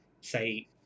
say